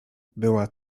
była